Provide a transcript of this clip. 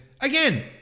Again